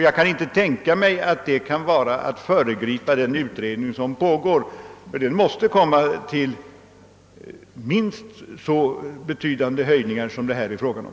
Jag kan inte tänka mig att man med den föreslagna ökningen skulle föregripa den utredning som pågår, ty den måste komma att föreslå minst lika betydande höjningar som det här är fråga om.